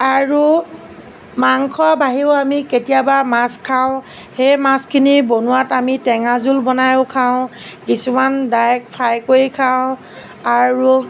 আৰু মাংসৰ বাহিৰেও আমি কেতিয়াবা মাছ খাওঁ সেই মাছখিনি বনোৱাত আমি টেঙা জোল বনাইও খাওঁ কিছুমান ডাইৰেক্ট ফ্ৰাই কৰি খাওঁ আৰু